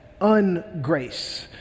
ungrace